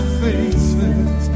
faces